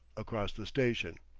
across the station.